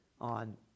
on